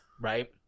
right